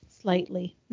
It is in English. Slightly